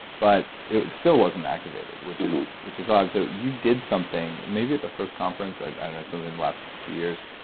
but it still wasn't activated, which is which is odd. so, you did something, maybe at the first conference, i don't know, certainly in the last few years,